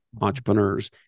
Entrepreneurs